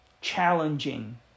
challenging